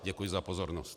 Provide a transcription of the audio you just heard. Děkuji za pozornost.